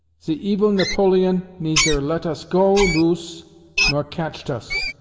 ze evil napoleon neiser let us go loose nor catchet us.